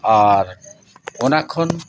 ᱟᱨ ᱚᱱᱟ ᱠᱷᱚᱱ